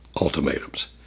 ultimatums